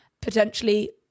potentially